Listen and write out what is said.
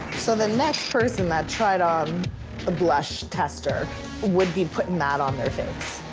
so the next person that tried on the blush tester would be putting that on their face.